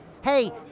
Hey